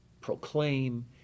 proclaim